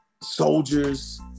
soldiers